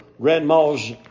Grandma's